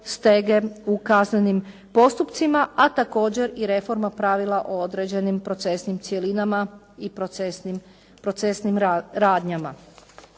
stege u kaznenim postupcima, a također i reforma pravila o određenim procesnim cjelinama i procesnim radnjama.